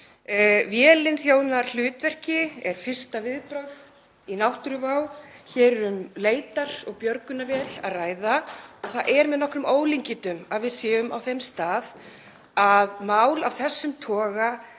Vélin þjónar hlutverki, er fyrsta viðbragð í náttúruvá, hér er um leitar- og björgunarvél að ræða og það er með nokkrum ólíkindum að við séum á þeim stað að mál af þessum toga